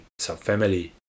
subfamily